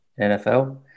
nfl